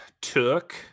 took